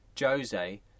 Jose